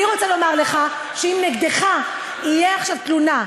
אני רוצה לומר לך שאם נגדך תהיה עכשיו תלונה,